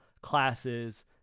classes